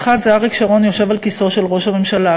האחת היא אריק שרון יושב על כיסאו של ראש הממשלה,